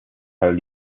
fall